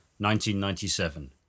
1997